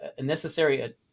necessary